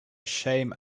shame